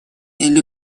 или